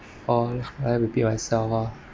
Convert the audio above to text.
or I repeat myself ah